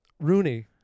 Rooney